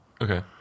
Okay